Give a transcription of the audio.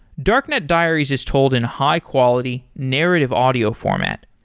darknet diaries is told in high-quality narrative audio format.